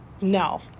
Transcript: No